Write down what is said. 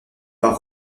par